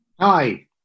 Hi